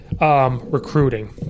recruiting